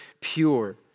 pure